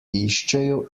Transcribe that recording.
iščejo